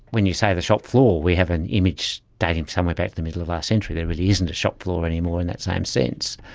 when we say the shopfloor we have an image dating somewhere back to the middle of last century. there really isn't a shopfloor anymore in that same sense.